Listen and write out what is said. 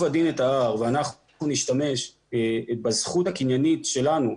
הדין את ההר ואנחנו נשתמש בזכות הקניינית שלנו,